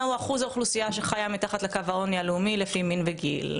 מהו אחוז האוכלוסייה שחיה מתחת לקו העוני הלאומי לפי מין וגיל,